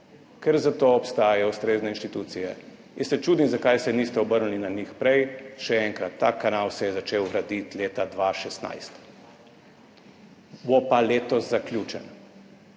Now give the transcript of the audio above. ker za to obstajajo ustrezne inštitucije. Jaz se čudim, zakaj se niste obrnili na njih prej. Še enkrat, ta kanal se je začel graditi leta 2016, bo pa letos zaključen.